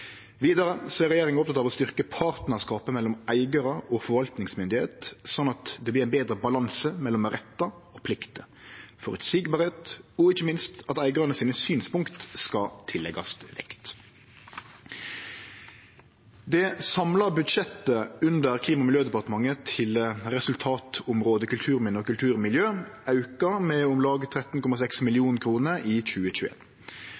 er regjeringa oppteken av å styrkje partnarskapet mellom eigarar og forvaltingsmynde slik at det vert ein betre balanse mellom rettar og plikter, at det vert føreseieleg, og ikkje minst at eigarane sine synspunkt skal tilleggjast vekt. Det samla budsjettet under Klima- og miljødepartementet til resultatområdet kulturminne og kulturmiljø er auka med om lag 13,6